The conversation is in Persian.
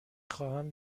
خواهم